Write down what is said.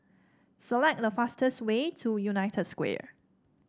select the fastest way to United Square